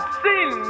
sin